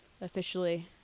officially